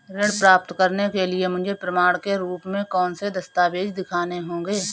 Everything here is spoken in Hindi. ऋण प्राप्त करने के लिए मुझे प्रमाण के रूप में कौन से दस्तावेज़ दिखाने होंगे?